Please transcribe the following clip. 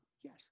yes